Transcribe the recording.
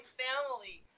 family